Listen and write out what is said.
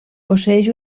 posseeix